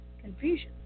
confusion